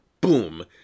boom